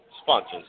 sponsors